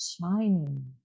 shining